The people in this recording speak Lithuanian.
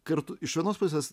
kartu iš vienos pusės